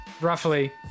roughly